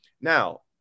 Now